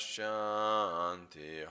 Shanti